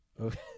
Okay